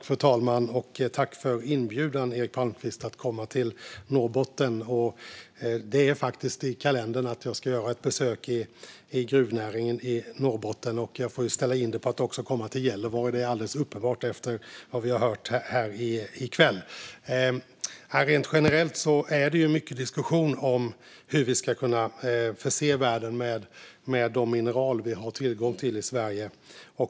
Fru talman! Tack för inbjudan, Eric Palmqvist, att komma till Norrbotten! Det är faktiskt i kalendern att jag ska göra ett besök i gruvnäringen i Norrbotten. Jag får ställa in mig på att också komma till Gällivare; det är alldeles uppenbart efter vad vi har hört här i kväll. Rent generellt är det mycket diskussion om hur vi ska kunna förse världen med de mineral vi har tillgång till i Sverige.